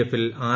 എഫിൽ ആർ